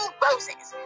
roses